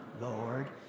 Lord